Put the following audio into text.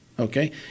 Okay